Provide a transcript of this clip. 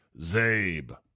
Zabe